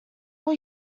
will